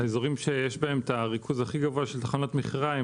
האזורים שיש בהם את הריכוז הכי גבוה של תחנות מכירה,